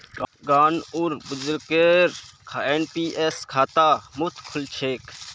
गांउर बुजुर्गक एन.पी.एस खाता मुफ्तत खुल छेक